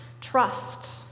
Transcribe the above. trust